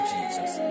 Jesus